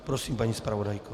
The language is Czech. Prosím, paní zpravodajko.